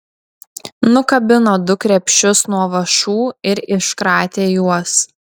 nukabino du krepšius nuo vąšų ir iškratė juos